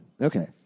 Okay